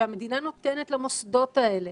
שהמדינה נותנת למוסדות האלה